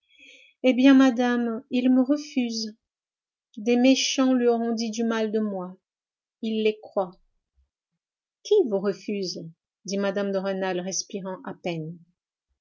eh bien madame il me refuse des méchants lui auront dit du mal de moi il les croit qui vous refuse dit mme de rênal respirant à peine